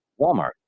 Walmart